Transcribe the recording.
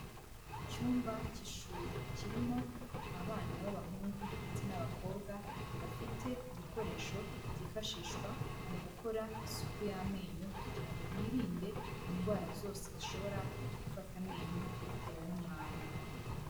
Icyumba cy'ishuri. Kirimo abana b'abahungu ndetse n'abakobwa, bafite ibikoresho byifashishwa mu gukora isuku y'amenyo kugira ngo birinde indwara zose zishobora gufata amenyo bitewe n'umwanda.